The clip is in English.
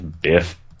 Biff